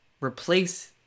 replace